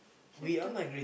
softer